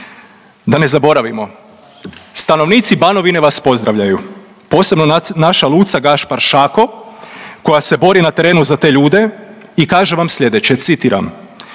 Da ne zaboravimo, stanovnici Banovine vas pozdravljaju, posebno naša Luca Gašpar Šako koja se bori na terenu za te ljude i kaže vam sljedeće, citiram: